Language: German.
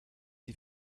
sie